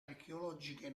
archeologiche